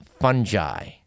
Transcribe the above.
fungi